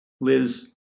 Liz